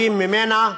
הערבים ממנה,